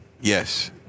Yes